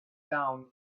town